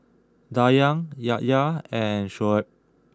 Dayang Yahya and Shoaib